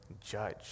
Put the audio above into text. judge